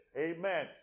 Amen